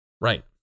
right